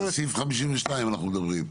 על סעיף 52 אנחנו מדברים.